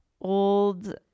old